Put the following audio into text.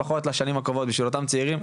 לפחות לשנים הקרובות עבור אותם הצעירים,